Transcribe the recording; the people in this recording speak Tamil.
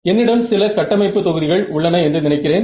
என்னிடம் சில கட்டமைப்பு தொகுதிகள் உள்ளன என்று நினைக்கிறேன்